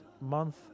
month